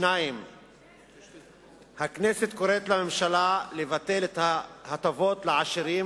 2. הכנסת קוראת לממשלה לבטל את ההטבות לעשירים